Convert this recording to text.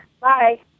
Bye